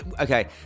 Okay